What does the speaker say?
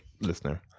listener